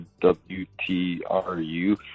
W-T-R-U